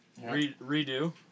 Redo